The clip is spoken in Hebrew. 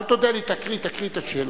אל תודה לי, תקריא, תקריא את השאלה.